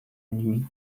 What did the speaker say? nuit